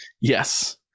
yes